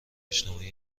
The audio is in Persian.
اجتماعی